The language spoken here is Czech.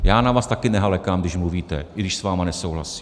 Já na vás také nehalekám, když mluvíte, i když s vámi nesouhlasím.